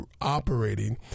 operating